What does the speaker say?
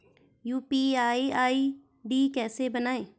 UPI ID कैसे बनायें?